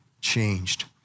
changed